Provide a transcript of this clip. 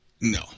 No